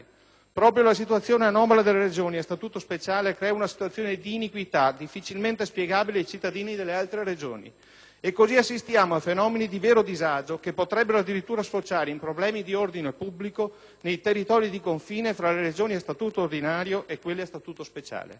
Proprio la situazione anomala delle Regioni a Statuto speciale crea una situazione di iniquità difficilmente spiegabile ai cittadini delle altre Regioni e così assistiamo a fenomeni di vero disagio, che potrebbero addirittura sfociare in problemi di ordine pubblico nei territori di confine fra le Regioni a Statuto ordinario e quelle a Statuto speciale.